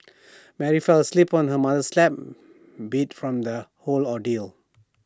Mary fell asleep on her mother's lap beat from the whole ordeal